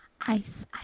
Ice